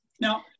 Now